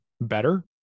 better